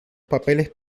papeles